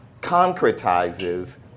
concretizes